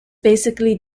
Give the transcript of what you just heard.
basically